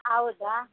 ಹೌದಾ